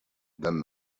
then